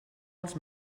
als